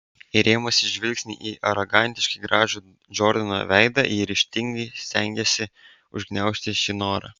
įrėmusi žvilgsnį į arogantiškai gražų džordano veidą ji ryžtingai stengėsi užgniaužti šį norą